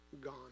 gone